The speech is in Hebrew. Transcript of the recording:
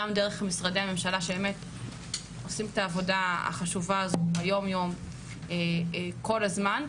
גם דרך משרדי הממשלה שהם עושים את העבודה החשובה הזאת ביום יום כל הזמן,